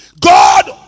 God